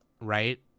right